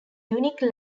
unique